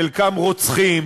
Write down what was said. חלקם רוצחים,